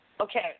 Okay